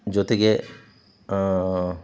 ಜೊತೆಗೆ